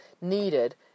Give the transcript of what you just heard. needed